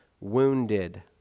wounded